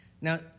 Now